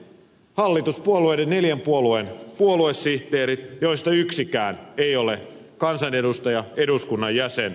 hallituspuolueiden neljän puolueen puoluesihteerit joista yksikään ei ole kansanedustaja eduskunnan jäsen